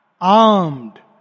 Armed